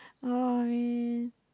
no worries